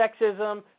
sexism